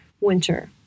winter